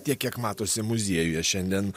tiek kiek matosi muziejuje šiandien